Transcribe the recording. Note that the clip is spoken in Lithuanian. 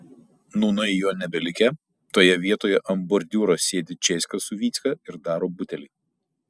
nūnai jo nebelikę toje vietoje ant bordiūro sėdi česka su vycka ir daro butelį